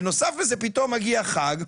בנוסף לזה פתאום מגיע חג,